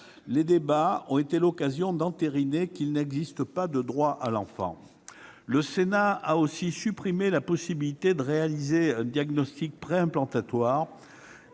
Nos débats ont été l'occasion d'entériner le fait qu'il n'existe pas de droit à l'enfant. Le Sénat a aussi supprimé la possibilité de réaliser un diagnostic préimplantatoire.